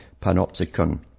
panopticon